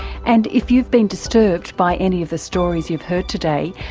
and if you've been disturbed by any of the stories you've heard today,